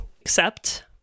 accept